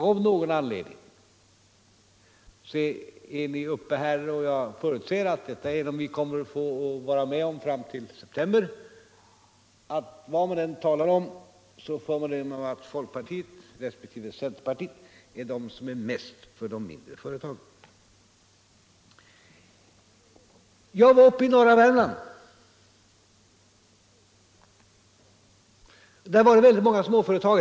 Ni går upp och säger det här i riksdagen, och jag förutsätter att man fram till i september får vara beredd på att vad man än talar om så får man höra att centerpartiet och folkpartiet är de som är mest för de mindre företagen. Jag var uppe i norra Värmland. Där fanns det väldigt många småföretagare.